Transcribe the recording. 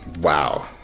Wow